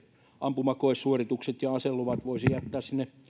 ampumakoesuoritukset ja aseluvat voisi jättää sinne